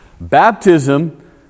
baptism